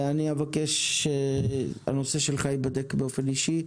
אני מבקש שהנושא שלך ייבדק באופן אישי.